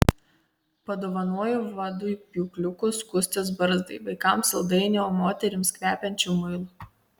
padovanoju vadui pjūkliukų skustis barzdai vaikams saldainių o moterims kvepiančio muilo